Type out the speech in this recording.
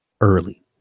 early